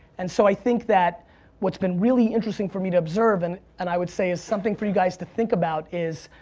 and so i think that what's been really interesting for me to observe, and and i would say is something for you guys to think about is